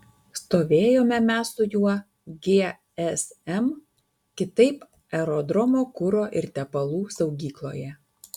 stovėjome mes su juo gsm kitaip aerodromo kuro ir tepalų saugykloje